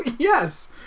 Yes